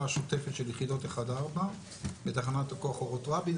השוטפת של יחידות 1-4 בתחנת הכוח אורות רבין,